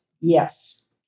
Yes